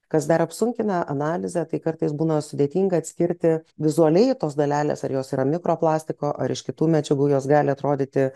kas dar apsunkina analizę tai kartais būna sudėtinga atskirti vizualiai tos dalelės ar jos yra mikroplastiko ar iš kitų medžiagų jos gali atrodyti